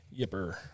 Yipper